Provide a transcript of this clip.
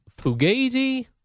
Fugazi